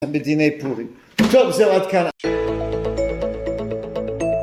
מדיני פורים. טוב זהו, עד כאן.